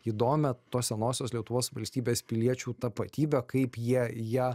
įdomią tos senosios lietuvos valstybės piliečių tapatybę kaip jie ja